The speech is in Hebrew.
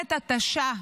מלחמת התשה,